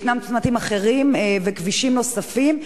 ישנם צמתים אחרים וכבישים נוספים,